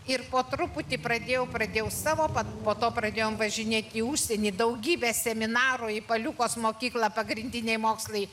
ir po truputį pradėjau pradėjau savo po to pradėjom važinėt į užsienį į daugybę seminarų į paliukos mokyklą pagrindiniai mokslai